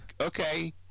okay